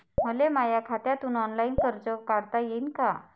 मले माया खात्यातून ऑनलाईन कर्ज काढता येईन का?